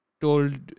told